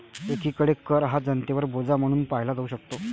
एकीकडे कर हा जनतेवर बोजा म्हणून पाहिला जाऊ शकतो